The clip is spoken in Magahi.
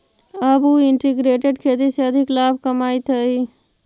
अब उ इंटीग्रेटेड खेती से अधिक लाभ कमाइत हइ